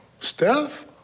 Steph